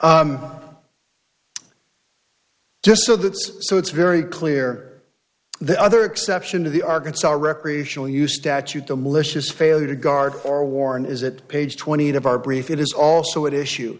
oh just so that's so it's very clear the other exception to the arkansas recreational use statute the malicious failure to guard or warren is it page twenty eight of our brief it is also at issue